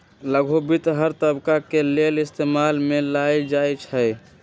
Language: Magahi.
लघु वित्त हर तबका के लेल इस्तेमाल में लाएल जाई छई